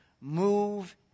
move